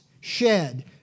shed